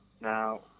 Now